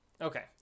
okay